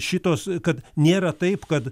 šitos kad nėra taip kad